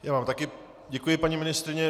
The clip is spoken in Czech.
Já vám také děkuji, paní ministryně.